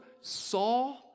saw